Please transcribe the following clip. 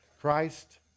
Christ